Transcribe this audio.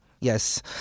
Yes